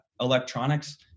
electronics